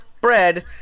bread